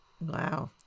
Wow